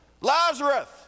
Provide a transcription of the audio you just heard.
Lazarus